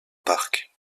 parc